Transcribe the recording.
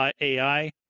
AI